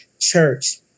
church